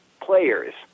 players